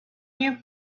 you